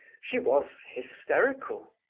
she was hysterical,